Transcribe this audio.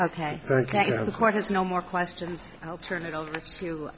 has no more questions i'll turn it over to